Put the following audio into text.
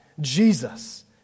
Jesus